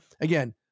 again